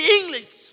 English